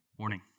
Morning